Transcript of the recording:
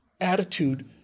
attitude